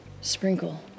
Sprinkle